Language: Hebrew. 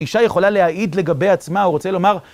אישה יכולה להעיד לגבי עצמה, הוא רוצה לומר.